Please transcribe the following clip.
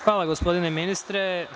Hvala gospodine ministre.